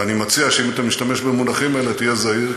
ואני מציע שאם אתה משתמש במונחים האלה תהיה זהיר,